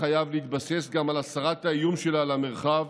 חייב להתבסס גם על הסרת האיום שלה על המרחב